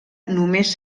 només